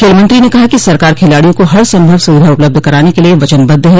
खेल मंत्री ने कहा कि सरकार खिलाड़ियों को हरसंभव सूविधा उपलब्ध कराने के लिए वचनबद्व है